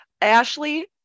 Ashley